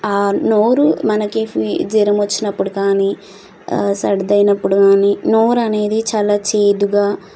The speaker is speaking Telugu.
నోరు మనకి ఫి జ్వరం వచ్చినప్పుడు కానీ సర్ది అయినప్పుడు కానీ నోరు అనేది చాలా చేదుగా